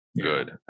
good